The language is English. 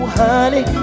honey